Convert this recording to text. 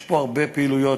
יש פה הרבה פעילויות,